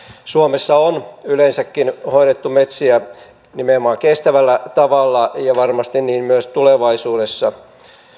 suomessa on yleensäkin hoidettu metsiä nimenomaan kestävällä tavalla ja varmasti niin myös tulevaisuudessa